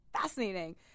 fascinating